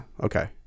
okay